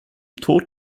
tod